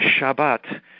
Shabbat